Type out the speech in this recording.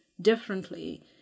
differently